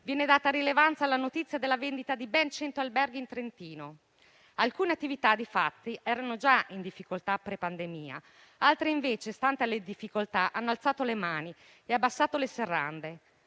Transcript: viene data rilevanza alla notizia della vendita di ben cento alberghi in Trentino; alcune attività, infatti, erano già in difficoltà prima della pandemia, altre invece, stante le difficoltà, hanno alzato le mani e abbassato le serrande,